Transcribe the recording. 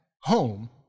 home